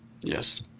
Yes